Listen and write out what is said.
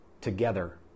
together